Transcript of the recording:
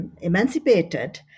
emancipated